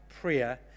prayer